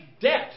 debt